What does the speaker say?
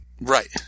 Right